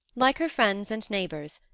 like her friends and neighbours,